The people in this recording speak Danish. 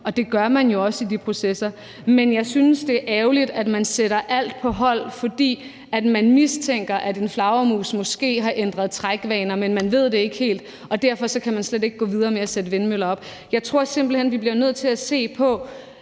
og det gør man jo også i de processer. Men jeg synes, det er ærgerligt, at man sætter alt på hold, fordi man mistænker, at en flagermus måske har ændret trækvaner, men man ved det ikke helt, og derfor kan man slet ikke gå videre med at sætte vindmøller op. Jeg tror simpelt hen, vi bliver nødt til at se på